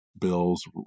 bills